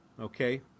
Okay